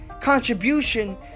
contribution